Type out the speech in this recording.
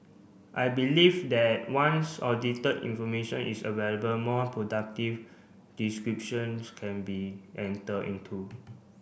I believe that once audited information is available more productive descriptions can be enter into